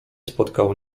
spotkał